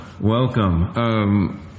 Welcome